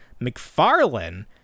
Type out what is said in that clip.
McFarlane